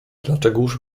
dlaczegóż